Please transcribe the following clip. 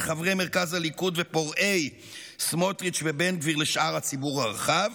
חברי מרכז הליכוד ופורעי סמוטריץ' ובן גביר לשאר הציבור הרחב,